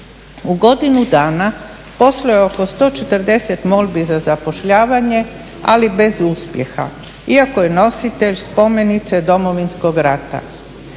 U godinu dana poslao je oko 140 molbi za zapošljavanje, ali bez uspjeha iako je nositelj spomenice Domovinskog rata.